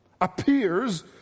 appears